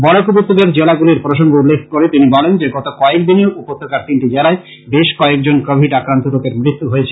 বরাক উপত্যকার জেলাগুলির প্রসঙ্গ উল্লেখ করে তিনি বলেন যে গত কয়েক দিনে উপত্যকার তিনটি জেলায় বেশ কয়েকজন কোবিড আক্রান্ত লোকের মৃত্যু হয়েছে